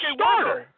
starter